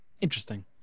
Interesting